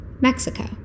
Mexico